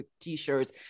t-shirts